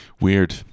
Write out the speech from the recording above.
Weird